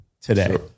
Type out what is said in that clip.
today